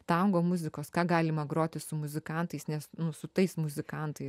tango muzikos ką galima groti su muzikantais nes nu su tais muzikantais